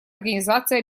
организации